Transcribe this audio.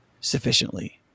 sufficiently